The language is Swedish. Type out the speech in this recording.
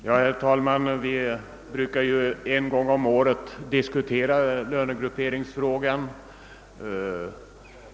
Herr talman! Vi brukar ju en gång om året diskutera lönegrupperingsfrågan.